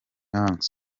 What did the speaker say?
gang